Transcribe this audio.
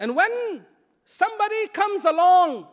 and when somebody comes along